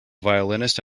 violinist